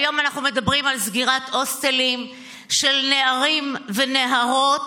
היום אנחנו מדברים על סגירת הוסטלים של נערים ונערות,